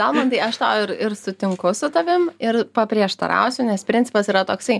almantai aš tau ir ir sutinku su tavim ir paprieštarausiu nes principas yra toksai